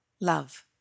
love